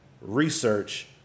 research